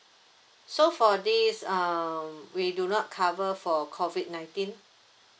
so for this um we do not cover for COVID nineteen